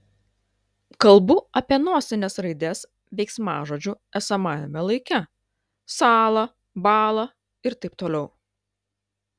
kalbu apie nosines raides veiksmažodžių esamajame laike sąla bąla ir taip toliau